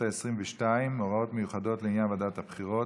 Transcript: העשרים-ושתיים (הוראות מיוחדות לעניין ועדת הבחירות),